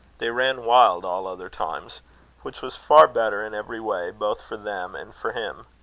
they ran wild all other times which was far better, in every way, both for them and for him.